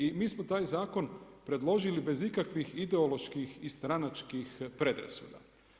I mi smo taj zakon predložili bez ikakvih ideoloških i stranačkih predrasuda.